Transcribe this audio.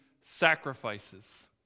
sacrifices